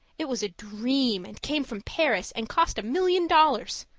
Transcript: it was a dream and came from paris, and cost a million dollars.